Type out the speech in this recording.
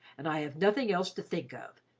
and i have nothing else to think of,